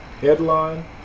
Headline